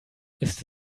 ist